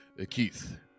Keith